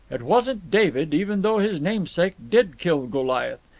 it wasn't david, even though his namesake did kill goliath,